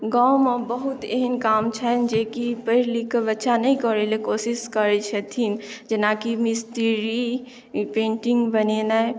गाँवमे बहुत एहन काम छनि जे कि पैढ़ लिखके बच्चा नहि करै लए कोशिश करै छथिन जेना कि मिस्तरी पेन्टिंग बनेनाए